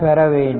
பெற வேண்டும்